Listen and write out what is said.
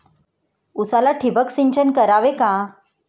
उसाला ठिबक सिंचन करावे का?